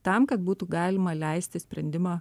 tam kad būtų galima leisti sprendimą